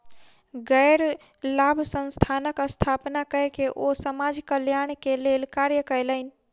गैर लाभ संस्थानक स्थापना कय के ओ समाज कल्याण के लेल कार्य कयलैन